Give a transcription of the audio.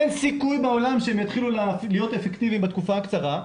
אין סיכוי בעולם שהם יתחילו להיות אפקטיביים בתקופה הקצרה.